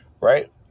Right